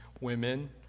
women